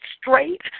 straight